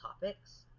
topics